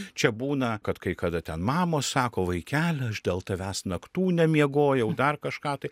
čia būna kad kai kada ten mamos sako vaikeli aš dėl tavęs naktų nemiegojau dar kažką tai